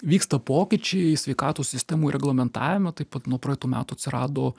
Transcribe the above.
vyksta pokyčiai sveikatos sistemų reglamentavime taip pat nuo praeitų metų atsirado